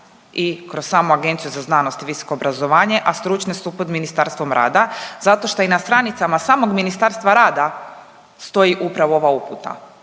i kroz samu Agenciju za znanost i visoko obrazovanje, a stručne su pod Ministarstvom rada zato što i na stranicama samog Ministarstva rada stoji upravo ova uputa